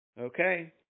Okay